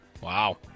Wow